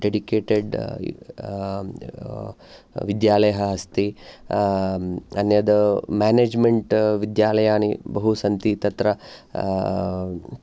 dedicated विद्यालयः अस्ति अन्यद् मेनेजमेण्ट् विद्यालयानि बहु सन्ति तत्र